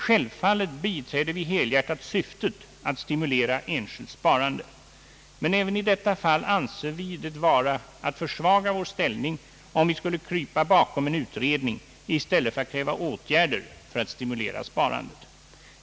Självfallet biträder vi helhjärtat syftet att stimulera enskilt sparande, men även i detta fall anser vi det vara att försvaga vår ställning om vi skulle krypa bakom en utredning i stället för att kräva åtgärder för att stimulera sparandet.